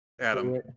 Adam